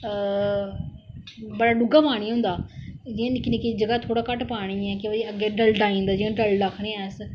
हां बड़ा डूंहगा पानी जियां निक्की निक्की जगह थोह्ड़ा घट्ट होंदा पानी है कि भाई अग्गे डलडा आई जंदा जियां दलदल आक्खने आं अस